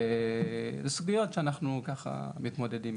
אלו סוגיות שאנחנו ככה מתמודדים איתן.